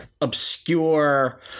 obscure